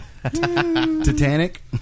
Titanic